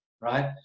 Right